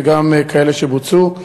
וגם כאלה שבוצעו.